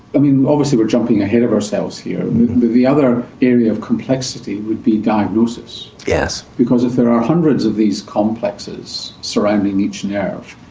i mean, obviously we're jumping ahead of ourselves here, but the other area of complexity would be diagnosis. yes. because if there are hundreds of these complexes surrounding each nerve,